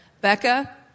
Becca